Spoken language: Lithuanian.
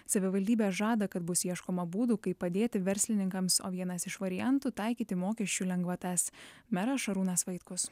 savivaldybė žada kad bus ieškoma būdų kaip padėti verslininkams o vienas iš variantų taikyti mokesčių lengvatas meras šarūnas vaitkus